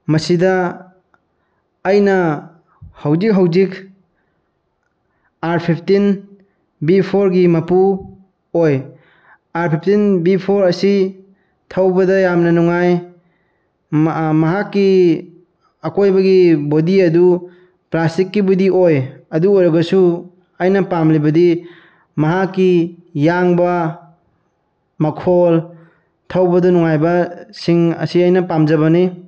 ꯃꯁꯤꯗ ꯑꯩꯅ ꯍꯧꯖꯤꯛ ꯍꯧꯖꯤꯛ ꯑꯥꯔ ꯐꯤꯞꯇꯤꯟ ꯚꯤ ꯐꯣꯔꯒꯤ ꯃꯄꯨ ꯑꯣꯏ ꯑꯥꯔ ꯐꯤꯞꯇꯤꯟ ꯚꯤ ꯐꯣꯔ ꯑꯁꯤ ꯊꯧꯕꯗ ꯌꯥꯝꯅ ꯅꯨꯡꯉꯥꯏ ꯃꯍꯥꯛꯀꯤ ꯑꯀꯣꯏꯕꯒꯤ ꯕꯣꯗꯤ ꯑꯗꯨ ꯄ꯭ꯂꯥꯁꯇꯤꯛꯀꯤꯕꯨꯗꯤ ꯑꯣꯏ ꯑꯗꯨ ꯑꯣꯏꯔꯒꯁꯨ ꯑꯩꯅ ꯄꯥꯝꯂꯤꯕꯗꯤ ꯃꯍꯥꯛꯀꯤ ꯌꯥꯡꯕ ꯃꯈꯣꯜ ꯊꯧꯕꯗ ꯅꯨꯡꯉꯥꯏꯕꯁꯤꯡ ꯑꯁꯤ ꯑꯩꯅ ꯄꯥꯝꯖꯕꯅꯤ